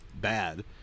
bad